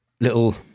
little